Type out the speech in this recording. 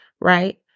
right